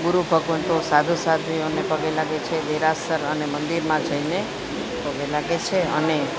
ગુરુ ભગવંતો સાધુ સાધ્વીઓને પગે લાગે છે દેરાસર અને મંદિરમાં જઈને પગે લાગે છે અને